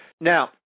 now